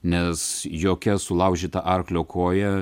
nes jokia sulaužyta arklio koja